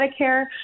Medicare